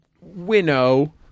winnow